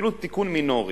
אפילו תיקון מינורי.